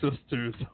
sister's